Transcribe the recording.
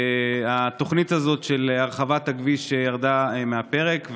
התוכנית הזאת של הרחבת הכביש ירדה מהפרק,